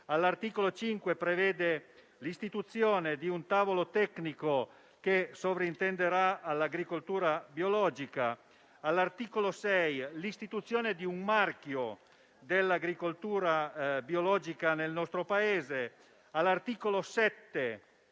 All'articolo 5 si prevede l'istituzione di un tavolo tecnico che sovrintenderà all'agricoltura biologica. All'articolo 6 si prevede l'istituzione di un marchio dell'agricoltura biologica nel nostro Paese. All'articolo 7